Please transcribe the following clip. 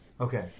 Okay